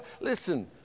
Listen